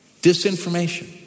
disinformation